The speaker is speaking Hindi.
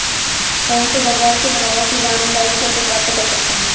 फोन से बाजार के भाव की जानकारी कैसे प्राप्त कर सकते हैं?